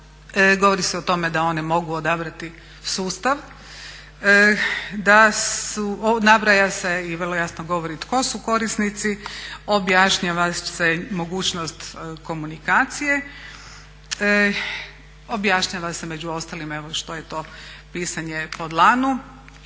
govori se o tome da one mogu odabrati sustav. Nabraja se i vrlo jasno govori tko su korisnici, objašnjava se mogućnost komunikacije, objašnjava se među ostalima evo što je to pisanje po dlanu.